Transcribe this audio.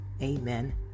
Amen